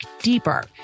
deeper